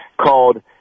called